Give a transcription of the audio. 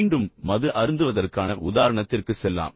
மீண்டும் நான் மது அருந்துவதற்கான உதாரணத்திற்கு செல்லலாம்